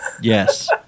Yes